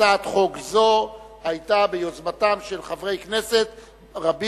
הצעת חוק זו היתה ביוזמתם של חברי כנסת רבים,